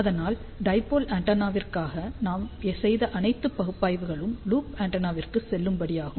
அதனால் டைபோல் ஆண்டெனாவிற்காக நாம் செய்த அனைத்து பகுப்பாய்வுகளும் லூப் ஆண்டெனாவிற்கு செல்லுபடியாகும்